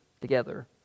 together